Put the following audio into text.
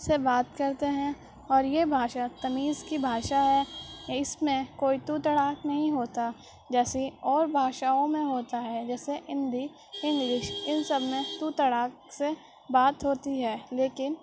سے بات کر تے ہیں اور یہ بھاشا تمیز کی بھاشا ہے اس میں کوئی تو تڑاک نہیں ہوتا جیسے اور بھاشاؤں میں ہوتا ہے جیسے ہندی انگلش ان سب میں تو تڑاک سے بات ہوتی ہے لیکن